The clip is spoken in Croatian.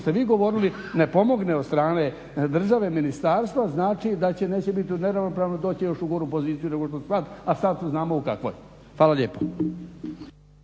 ste vi govorili ne pomogne od strane države, ministarstva, znači da će, neće biti u neravnopravnom, doći će još u goru poziciju nego što je sada a sada se znamo u kakvoj. Hvala lijepo.